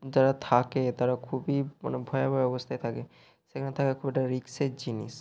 যারা থাকে তারা খুবই মানে ভয়াবহ অবস্থায় থাকে সেখানে থাকা খুব একটা রিস্কের জিনিস